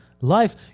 Life